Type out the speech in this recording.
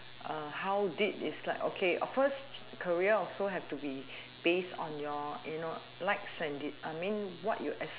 uh how did it's like okay first career also have to be based on your you know likes and dis~ I mean what you asp~